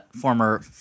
former